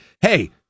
hey